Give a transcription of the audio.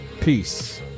Peace